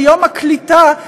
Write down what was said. ביום הקליטה,